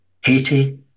Haiti